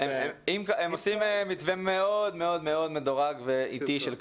הם עושים מתווה מאוד מדורג ואיטי.